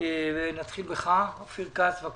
אלעזר שטרן, דמי אבו